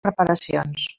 reparacions